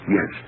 Yes